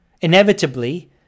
inevitably